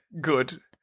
good